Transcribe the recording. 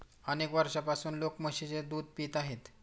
अनेक वर्षांपासून लोक म्हशीचे दूध पित आहेत